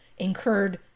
incurred